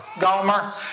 Gomer